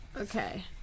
Okay